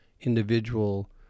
individual